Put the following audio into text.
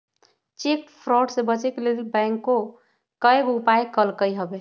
cheque fraud से बचे के लेल बैंकों कयगो उपाय कलकइ हबे